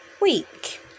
week